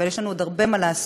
אבל יש לנו עוד הרבה מה לעשות.